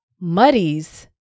muddies